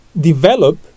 develop